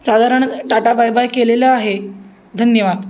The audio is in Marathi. साधारण टाटा बाय बाय केलेलं आहे धन्यवाद